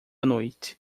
noite